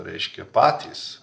reiškia patys